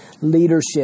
leadership